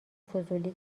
فضولی